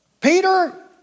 Peter